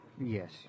Yes